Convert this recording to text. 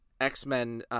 X-Men